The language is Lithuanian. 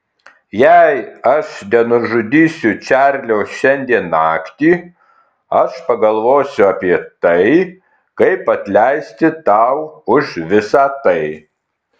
jei aš nenužudysiu čarlio šiandien naktį aš pagalvosiu apie tai kaip atleisti tau už visą tai